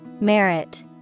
Merit